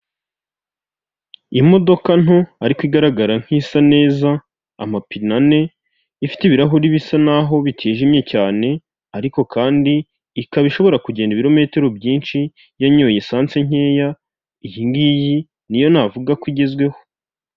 Imodoka nto ariko igaragara nkisa neza amapine ane, ifite ibirahuri bisa naho bitijimye cyane, ariko kandi ikaba ishobora kugenda ibirometero byinshi, yanyoye lisansi nkeya, iyi ngiyi ni yo navuga ko igezweho.